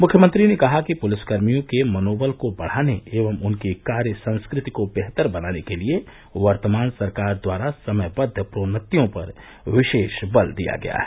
मुख्यमंत्री ने कहा कि पुलिस कर्मियों के मनोबल को बढ़ाने एवं उनकी कार्य संस्कृति को बेहतर बनाने के लिए वर्तमान सरकार द्वारा समयबद्व प्रोन्नतियों पर विशेष बल दिया गया है